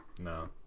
No